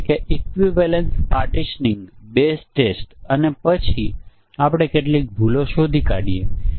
અને અંતે ડુપ્લિકેટ પરીક્ષણના કિસ્સાઓ હોઈ શકે છે આપણે તેની સંખ્યાને થોડો ઓછો કરવાનો પ્રયાસ કરીએ છીએ